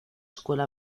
escuela